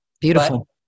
Beautiful